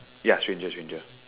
ya stranger stranger